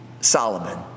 Solomon